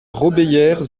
robéyère